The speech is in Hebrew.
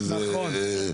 שזה משהו אחר.